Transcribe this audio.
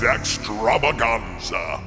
Extravaganza